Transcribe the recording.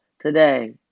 today